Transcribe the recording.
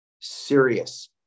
serious